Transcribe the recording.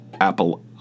apple